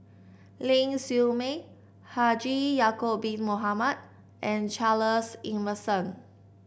Ling Siew May Haji Ya'acob Bin Mohamed and Charles Emmerson